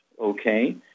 okay